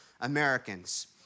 Americans